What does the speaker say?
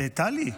טלי,